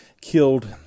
killed